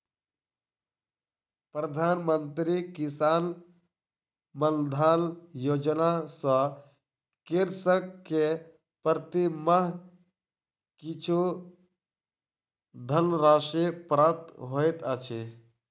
प्रधान मंत्री किसान मानधन योजना सॅ कृषक के प्रति माह किछु धनराशि प्राप्त होइत अछि